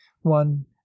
one